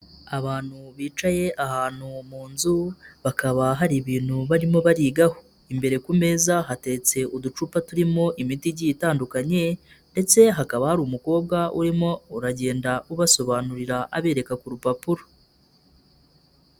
Abantu bicaye ahantu mu nzu, bakaba hari ibintu barimo barigaho, imbere ku meza hateretse uducupa turimo imiti igiye itandukanye ndetse hakaba hari umukobwa urimo uragenda ubasobanurira, abereka ku rupapuro.